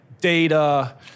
data